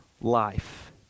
life